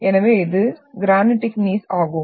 எனவே இது granitic gneiss ஆகும்